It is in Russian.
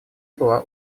была